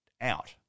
out